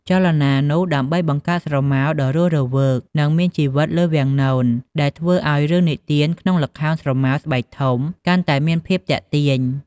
ចលនានោះ ដើម្បីបង្កើតស្រមោលដ៏រស់រវើក និងមានជីវិតលើវាំងនន ដែលធ្វើឲ្យរឿងនិទានក្នុងល្ខោនស្រមោលស្បែកធំកាន់តែមានភាពទាក់ទាញ។